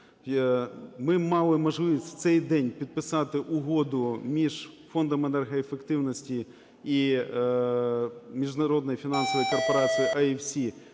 Ми мали можливість в цей день підписати Угоду між Фондом енергоефективності і Міжнародною фінансовою корпорацією